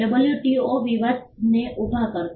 WTO વિવાદ ને ઉભા કરો